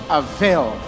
avail